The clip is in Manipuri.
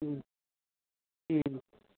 ꯎꯝ ꯎꯝ